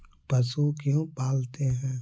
पशु क्यों पालते हैं?